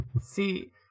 see